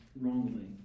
wrongly